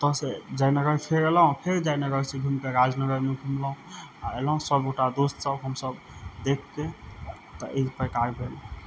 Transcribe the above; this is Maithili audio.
ओतऽ से जयनगर फेर अयलहुॅं फेर जयनगर से घुमिके राजनगर मे घुमलहुॅं अयलहुॅं सब गोटा दोस्त सब हमसब देख के तऽ अय प्रकार भेल